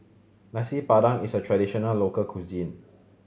Nasi Padang is a traditional local cuisine